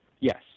Yes